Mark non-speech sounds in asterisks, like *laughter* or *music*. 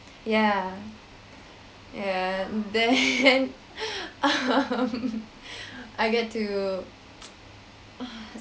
ya ya then *laughs* um I get to *noise*